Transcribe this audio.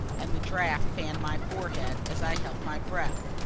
and the draught fanned my forehead as i held my breath.